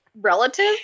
relative